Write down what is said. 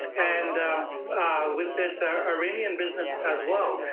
and with this ah iranian business as well.